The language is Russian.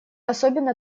особенно